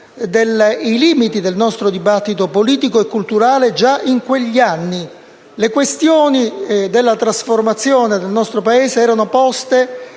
dei limiti del nostro dibattito politico e culturale già in quegli anni. Le questioni della trasformazione del nostro Paese erano poste